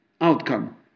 outcome